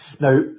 Now